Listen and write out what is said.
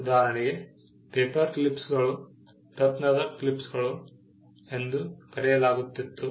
ಉದಾಹರಣೆಗೆ ಪೇಪರ್ ಕ್ಲಿಪ್ಸ್ಗಳನ್ನು ರತ್ನದ ಕ್ಲಿಪ್ಸ್ಗಳು ಎಂದೂ ಕರೆಯಲಾಗುತ್ತಿತ್ತು